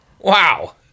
Wow